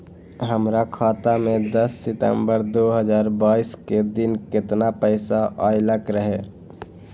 हमरा खाता में दस सितंबर दो हजार बाईस के दिन केतना पैसा अयलक रहे?